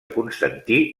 constantí